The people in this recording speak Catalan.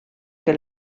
que